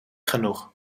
genoeg